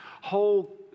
whole